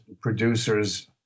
producers